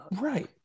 right